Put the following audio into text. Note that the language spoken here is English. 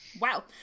Wow